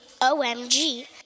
OMG